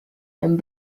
and